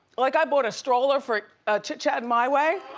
like, i bought a stroller for a chit chat my way?